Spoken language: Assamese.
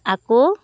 আকৌ